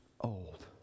old